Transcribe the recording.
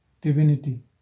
Divinity